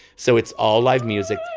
so it's all live music.